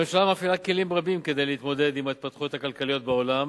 הממשלה מפעילה כלים רבים כדי להתמודד עם ההתפתחויות הכלכליות בעולם.